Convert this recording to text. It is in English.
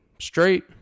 straight